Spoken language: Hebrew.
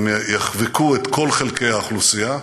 הם יחבקו את כל חלקי האוכלוסייה,